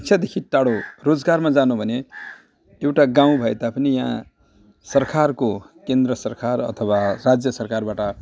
शिक्षादेखि टाढो रोजगारमा जानु भने एउटा गाउँ भए तापनि यहाँ सरकारको केन्द्र सरकार अथवा राज्यसरकारबाट